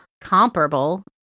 comparable